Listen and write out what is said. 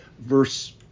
verse